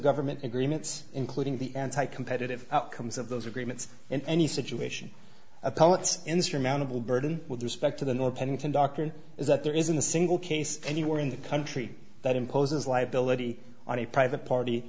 government agreements including the anti competitive outcomes of those agreements in any situation of pellets insurmountable burden with respect to the nor pennington doctrine is that there isn't a single case anywhere in the country that imposes liability on a private party